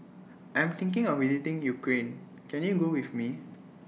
I'm thinking of visiting Ukraine Can YOU Go with Me